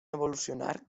evolucionar